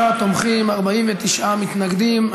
33 תומכים, 49 מתנגדים.